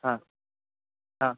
હા હા